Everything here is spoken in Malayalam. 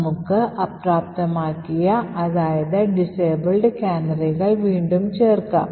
നമുക്ക് അപ്രാപ്തമാക്കിയ കാനറികൾ വീണ്ടും ചേർക്കാം